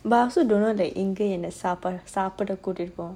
but I also don't know இங்கஎன்னசாப்பிடகூட்டிட்டுபோவான்:inga enna sapda kootitu povan